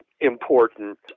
important